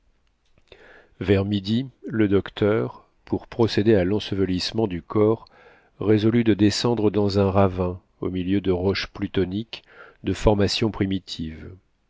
vers midi le docteur pour procéder à lensevelissement du corps résolut de descendre dans un ravin au milieu de roches plutoniques de formation primitive